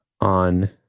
on